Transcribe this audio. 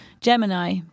Gemini